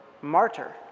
martyr